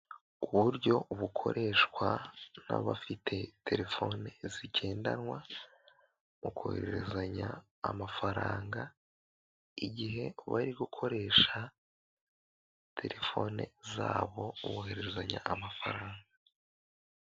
Uburyo bukoreshwa n'abafite telefoni zigendanwa, mu kohererezanya amafaranga igihe bari gukoresha telefone zabo bohererezanya amafaranga.